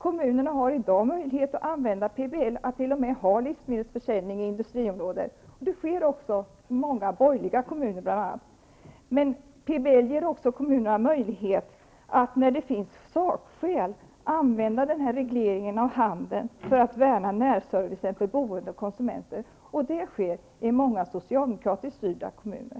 Kommunerna har redan i dag möjlighet att enligt PBL tillåta livsmedelsförsäljning i industriområden, och det förekommer också, bl.a. i många borgerliga kommuner. Dessutom ger PBL möjlighet att, när det finns saksäl, reglera handeln för att värna närservice för boende och konsumenter, vilket förekommer i många socialdemokratiskt styrda kommuner.